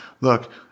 Look